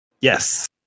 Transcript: Yes